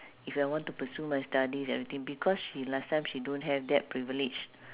if I want to pursue my studies everything because she last time she don't have that privilege